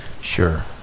Sure